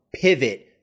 pivot